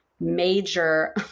major